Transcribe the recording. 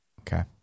Okay